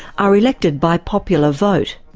are elected by popular vote.